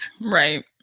Right